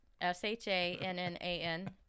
S-H-A-N-N-A-N